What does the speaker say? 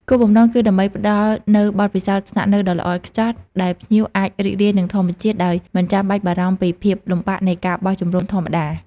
គោលបំណងគឺដើម្បីផ្តល់នូវបទពិសោធន៍ស្នាក់នៅដ៏ល្អឥតខ្ចោះ ដែលភ្ញៀវអាចរីករាយនឹងធម្មជាតិដោយមិនចាំបាច់បារម្ភពីភាពលំបាកនៃការបោះជំរុំធម្មតា។